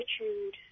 attitude